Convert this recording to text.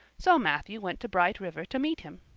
so matthew went to bright river to meet him.